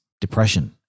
depression